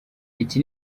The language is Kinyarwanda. iki